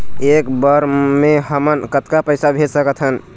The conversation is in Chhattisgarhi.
एक बर मे हमन कतका पैसा भेज सकत हन?